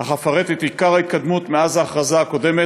אך אפרט את עיקר ההתקדמות מאז ההכרזה הקודמת.